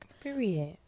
Period